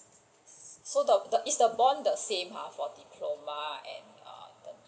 so is the bond the same ah for diploma and ah the